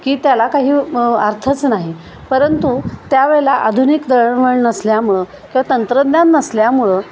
की त्याला काही अर्थच नाही परंतु त्यावेळेला आधुनिक दळणवळण नसल्यामुळे किंवा तंत्रज्ञान नसल्यामुळंळे